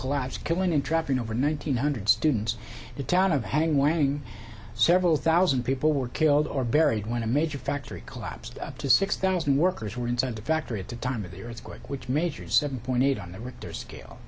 collapsed killing and trapping over nine hundred students the town of having warning several thousand people were killed or buried when a major factory collapsed up to six thousand workers were inside the factory at the time of the earthquake which majors seven point eight on the